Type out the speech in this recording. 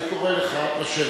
קורא אותך לסדר פעם שנייה.